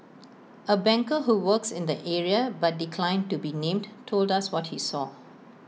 A banker who works in the area but declined to be named told us what he saw